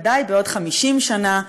ודאי בעוד 50 שנה,